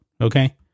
okay